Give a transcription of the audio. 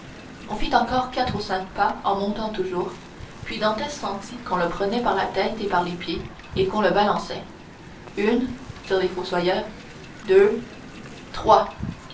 on fit encore quatre ou cinq pas en montant toujours puis dantès sentit qu'on le prenait par la tête et par les pieds et qu'on le balançait une dirent les fossoyeurs deux trois